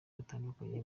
batandukanye